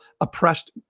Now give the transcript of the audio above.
oppressed